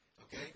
Okay